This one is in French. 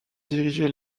dirigé